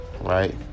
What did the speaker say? Right